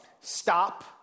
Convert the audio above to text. stop